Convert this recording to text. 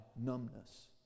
numbness